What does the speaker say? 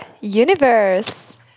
universe